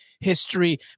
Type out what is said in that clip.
history